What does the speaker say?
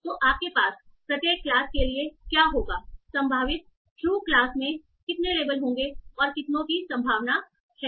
तो आपके पास प्रत्येक क्लास के लिए क्या होगा संभावित टरु क्लास में कितने लेबल होंगे और कितनों की संभावना है